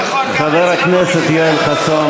זה נכון גם, חבר הכנסת יואל חסון.